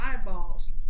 eyeballs